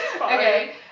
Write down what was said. Okay